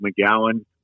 McGowan